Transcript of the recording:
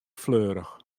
fleurich